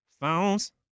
phones